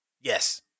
yes